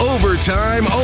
Overtime